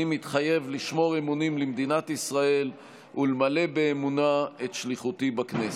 אני מתחייב לשמור אמונים למדינת ישראל ולמלא באמונה את שליחותי בכנסת.